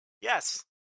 Yes